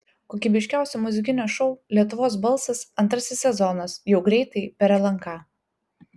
kokybiškiausio muzikinio šou lietuvos balsas antrasis sezonas jau greitai per lnk